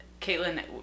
Caitlin